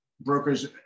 Brokers